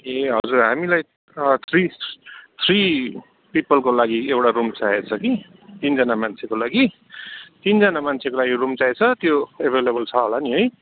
ए हजुर हामीलाई three three पिपलको लागि एउटा रुम चाहिएको छ कि तिनजना मान्छेको लागि तिनजना मान्छेको लागि रुम चाहिएको छ त्यो एभाइलेबल छ होला नि है